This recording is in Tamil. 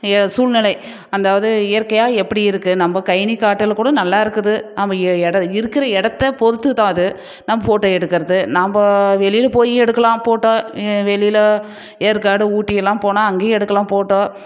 சூழ்நிலை அதாவது இயற்கையாக எப்படி இருக்குது நம்ம கைனி காட்டில் கூட நல்லா இருக்குது நம்ம இட இருக்கிற இடத்த பொறுத்துதான் அது நம்ம ஃபோட்டோ எடுக்கிறது நம்ம வெளியில் போய் எடுக்கலாம் ஃபோட்டோ வெளியில் ஏற்காடு ஊட்டியெல்லாம் போனால் அங்கேயும் எடுக்கலாம் ஃபோட்டோ